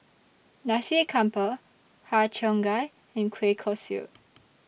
Nasi Campur Har Cheong Gai and Kueh Kosui